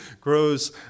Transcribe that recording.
grows